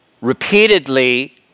Repeatedly